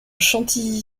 chantilly